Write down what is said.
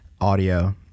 audio